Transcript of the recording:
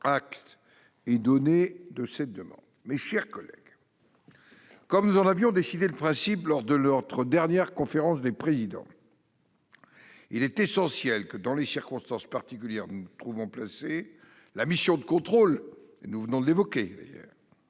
Acte est donné de cette demande. Mes chers collègues, comme nous en avions décidé le principe lors de notre dernière conférence des présidents, il est essentiel que, dans les circonstances particulières où nous nous trouvons placés, la mission de contrôle du Sénat puisse continuer de